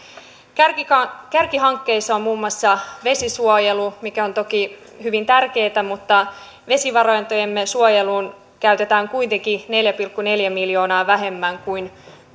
kärkihankkeissa on muun muassa vesisuojelu mikä on toki hyvin tärkeätä mutta vesivarantojemme suojeluun käytetään kuitenkin neljä pilkku neljä miljoonaa vähemmän kuin